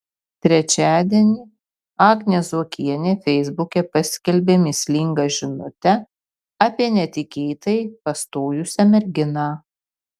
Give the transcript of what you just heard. trečiadienį agnė zuokienė feisbuke paskelbė mįslingą žinutę apie netikėtai pastojusią merginą